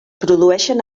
produeixen